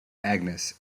agnes